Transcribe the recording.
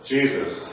Jesus